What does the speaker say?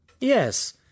Yes